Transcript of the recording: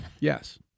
yes